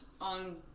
on